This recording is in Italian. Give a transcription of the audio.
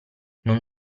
non